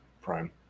prime